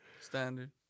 Standard